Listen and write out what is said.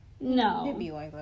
No